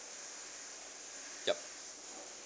yup